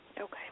Okay